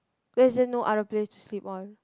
let's say no other place to sleep on